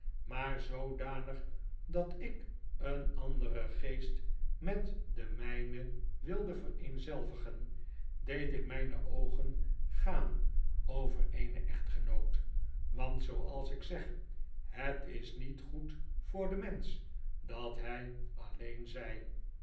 maar zoodanig dat ik een anderen geest met den mijnen wilde vereenzelvigen deed ik myne oogen gaan over eene echtgenoot want zooals ik zeg het is niet goed voor den mensch dat hij alleen zy